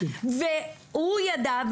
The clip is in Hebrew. והוא ידע,